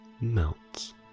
melts